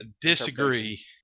Disagree